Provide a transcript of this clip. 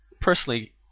personally